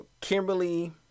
Kimberly